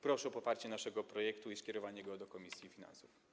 Proszę o poparcie naszego projektu i skierowanie go do komisji finansów.